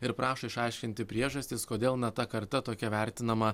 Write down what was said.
ir prašo išaiškinti priežastis kodėl na ta karta tokia vertinama